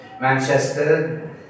Manchester